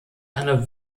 einer